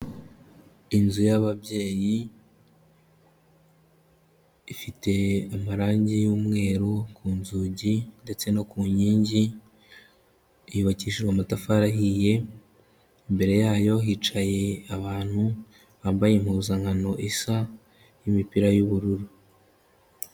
Inzu y'ababyeyi, ifite amarangi y'umweru ku nzugi ndetse no ku nkingi, yubakishijwe amatafari ahiye, imbere yayo hicaye abantu bambaye impuzankano isa y'imipira y'ubururu.